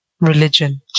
religion